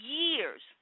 years